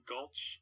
Gulch